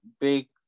big